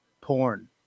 porn